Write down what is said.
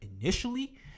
initially